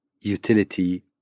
utility